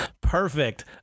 Perfect